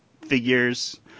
figures